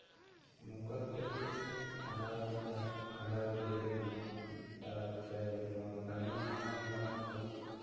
ᱱᱚᱝᱠᱟ ᱠᱟᱛᱮᱜ ᱜᱮ ᱠᱷᱟᱰᱟᱣ ᱫᱟ ᱠᱷᱟᱰᱟ ᱤᱫᱤ ᱦᱩᱭᱩᱜ ᱠᱟᱱᱟ ᱟᱨ ᱥᱮ ᱱᱚᱣᱟ ᱛᱟᱭᱱᱚᱢ ᱢᱟᱲᱟᱝ ᱫᱟᱨᱟᱢ ᱠᱚ